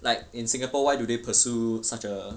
like in singapore why do they pursue such a